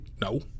No